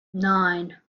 nine